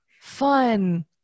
Fun